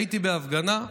הייתי בהפגנה,